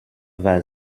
war